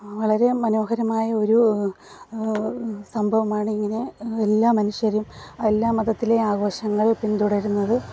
വളരെ മനോഹരമായ ഒരു സംഭവമാണ് ഇങ്ങനെ എല്ലാ മനുഷ്യരും എല്ലാ മതത്തിലും ആഘോഷങ്ങൾ പിന്തുടരുന്നത്